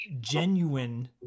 genuine